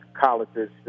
colleges